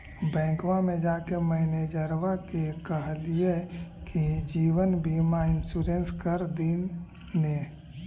बैंकवा मे जाके मैनेजरवा के कहलिऐ कि जिवनबिमा इंश्योरेंस कर दिन ने?